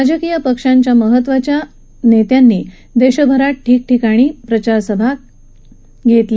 राजकीय पक्षांच्या महत्त्वाच्या वरिष्ठ नेत्यांनी देशभरात ठिकठिकाणी प्रचारसभा घेतल्या